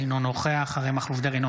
אינו נוכח אריה מכלוף דרעי,